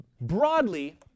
broadly